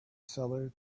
seller